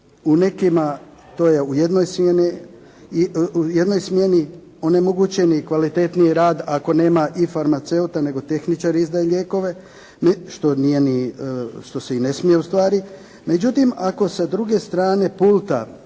U nekima to je u jednoj smjeni, onemogućen je i kvalitetniji rad ako nema i farmaceuta, nego tehničar izdaje lijekove, što se i ne smije ustvari. Međutim, ako sa druge strane pulta